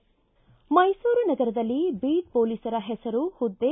ಮೈಸೂರು ನಗರದಲ್ಲಿ ಬೀಟ್ ಪೊಲೀಸರ ಹೆಸರು ಹುದ್ದೆ